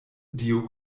dio